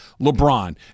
lebron